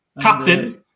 captain